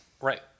Right